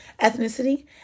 ethnicity